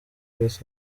kurasa